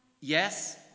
Yes